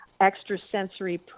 extrasensory